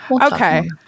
Okay